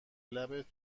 لبت